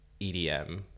EDM